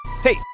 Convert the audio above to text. Hey